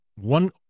one